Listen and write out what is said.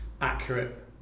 accurate